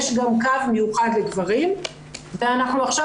יש גם קו מיוחד לגברים ואנחנו עכשיו